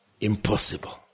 impossible